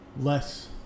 less